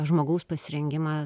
žmogaus pasirengimą